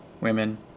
women